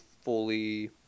fully